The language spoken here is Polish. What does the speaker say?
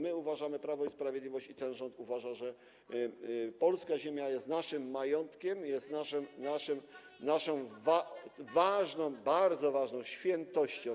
My uważamy, Prawo i Sprawiedliwość i ten rząd uważa, że polska ziemia jest naszym majątkiem, jest naszą ważną, bardzo ważną świętością.